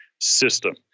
system